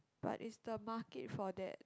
but is the market for that